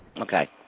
Okay